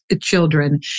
children